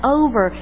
over